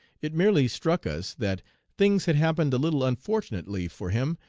it merely struck us that things had happened a little unfortunately for him,